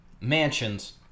mansions